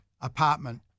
apartment